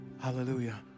Hallelujah